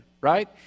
right